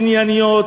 ענייניות,